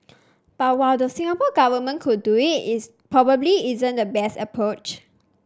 but while the Singapore Government could do it is probably isn't the best approach